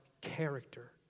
character